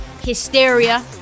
hysteria